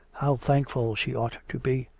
how thankful she ought to be!